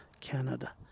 Canada